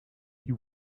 you